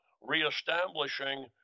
reestablishing